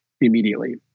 immediately